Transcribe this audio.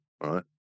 right